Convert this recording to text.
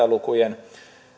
lukujen